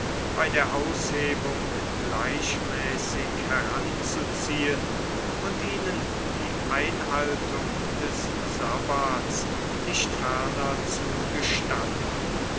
bei der aushebung gleichmäßig heranzuziehen und ihnen die einhaltung des sabbaths nicht ferner zu gestatten